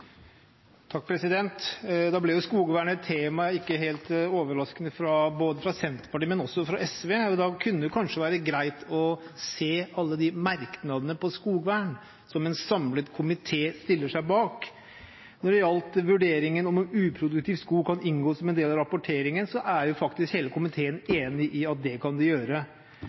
Da ble skogvern et ikke helt overraskende tema både fra Senterpartiet og fra SV. Det kunne da kanskje være greit å se på merknadene om skogvern som en samlet komité stiller seg bak. Når det gjelder vurderingen av at uproduktiv skog kan inngå som en del av rapporteringen, er faktisk hele komiteen enig i at det kan